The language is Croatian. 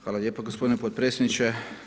Hvala lijepa gospodine potpredsjedniče.